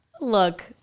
Look